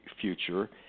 future